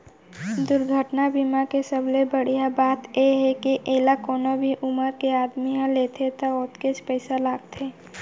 दुरघटना बीमा के सबले बड़िहा बात ए हे के एला कोनो भी उमर के आदमी ह लेथे त ओतकेच पइसा लागथे